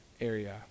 area